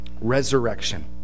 Resurrection